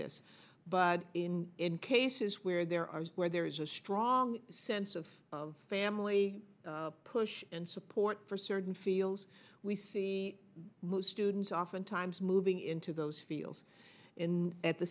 this but in in cases where there are where there is a strong sense of of family push and support for certain fields we see most students oftentimes moving into those fields in at the